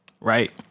Right